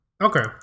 Okay